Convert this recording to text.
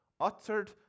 uttered